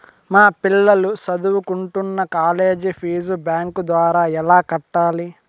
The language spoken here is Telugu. మా పిల్లలు సదువుకుంటున్న కాలేజీ ఫీజు బ్యాంకు ద్వారా ఎలా కట్టాలి?